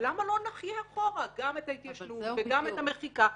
למה שלא נחיה אחורה גם את ההתיישנות וגם את המחיקה?